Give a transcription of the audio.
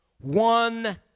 one